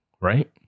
right